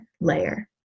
layer